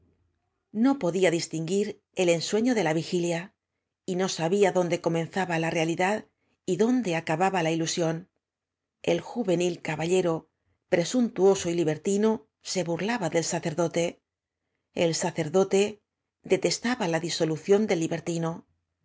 no podía distinguir el ensueño de la vigilia y no sabía dónde comenzaba la realidad y dónde acababa la ilusión el juvenil caballero presuntuoso y libertino se burlaba del sacerdote el sacerdote detestaba la disolución del libertino